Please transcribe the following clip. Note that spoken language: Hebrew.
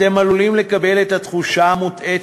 אתם עלולים לקבל את התחושה המוטעית